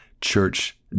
church